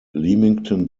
leamington